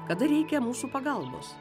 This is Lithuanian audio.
kada reikia mūsų pagalbos